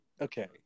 okay